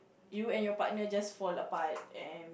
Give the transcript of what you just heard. you and your partner just fall apart and